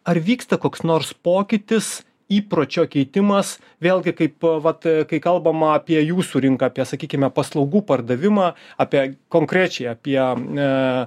ar vyksta koks nors pokytis įpročio keitimas vėlgi kaip vat kai kalbama apie jūsų rinką apie sakykime paslaugų pardavimą apie konkrečiai apie a